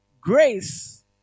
grace